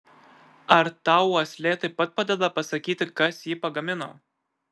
ar tau uoslė taip pat padeda pasakyti kas jį pagamino